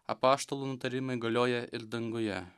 apaštalų nutarimai galioja ir danguje